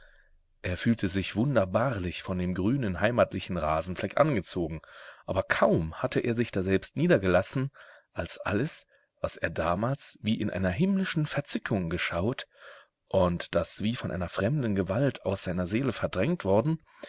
er fühlte sich wunderbarlich von dem grünen heimatlichen rasenfleck angezogen aber kaum hatte er sich daselbst niedergelassen als alles was er damals wie in einer himmlischen verzückung geschaut und das wie von einer fremden gewalt aus seiner seele verdrängt worden